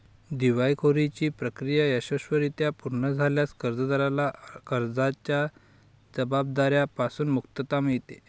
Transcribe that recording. दिवाळखोरीची प्रक्रिया यशस्वीरित्या पूर्ण झाल्यास कर्जदाराला कर्जाच्या जबाबदार्या पासून मुक्तता मिळते